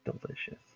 Delicious